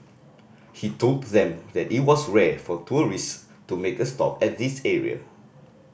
he told them that it was rare for tourist to make a stop at this area